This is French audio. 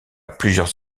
plusieurs